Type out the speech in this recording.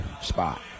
spot